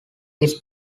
his